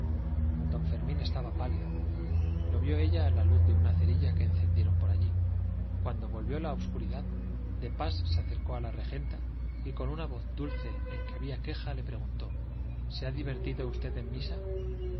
don fermín estaba pálido lo vio ella a la luz de una cerilla que encendieron por allí cuando volvió la obscuridad de pas se acercó a la regenta y con una voz dulce en que había quejas le preguntó se ha divertido usted en misa